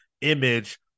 image